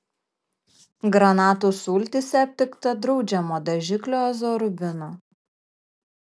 granatų sultyse aptikta draudžiamo dažiklio azorubino